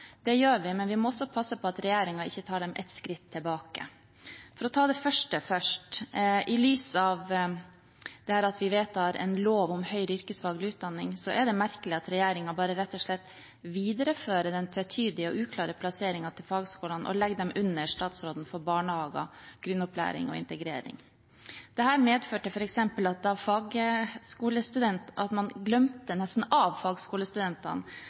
Det gjør vi, men vi må også passe på at regjeringen ikke tar dem et skritt tilbake. For å ta det første først: I lys av at vi vedtar en lov om høyere yrkesfaglig utdanning, er det merkelig at regjeringen rett og slett bare viderefører den tvetydige og uklare plasseringen til fagskolene og legger dem under statsråden for barnehager, grunnopplæring og integrering. Dette medførte f.eks. at